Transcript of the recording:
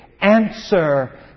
Answer